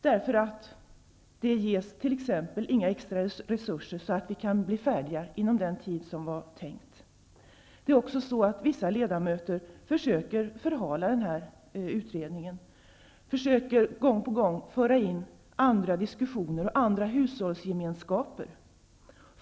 Det har t.ex. inte givits några extra resurser så att vi kan bli färdiga inom den tid som var tänkt. Det är också så att vissa ledamöter försöker förhala utredningen och gång på gång försöker föra in andra diskussioner och andra hushållsgemenskaper i sammanhanget.